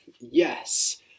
Yes